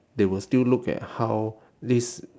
they will still look at how this